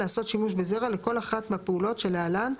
לעשות שימוש בזרע לכל אחת מהפעולות שלהלן,